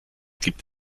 gibt